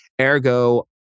ergo